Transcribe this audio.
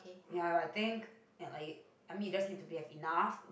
ya I think ya I mean you just need to be have enough